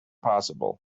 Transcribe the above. possible